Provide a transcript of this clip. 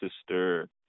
Sister